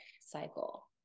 cycle